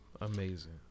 Amazing